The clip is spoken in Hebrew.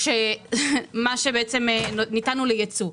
כשמה שניתן הוא לייצוא.